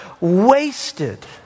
wasted